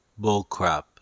bullcrap